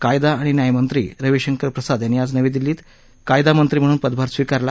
कायदा आणि न्यायमंत्री रविशंकर प्रसाद यांनी आज नवी दिल्लीत कायदा मंत्री म्हणून पदभार स्वीकारला